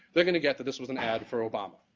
they're going to get that this was an ad for obama.